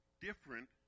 different